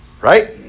right